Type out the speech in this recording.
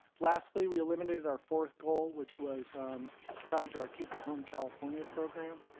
lastly, we eliminated our fourth goal, which was tied to our keep your home california program.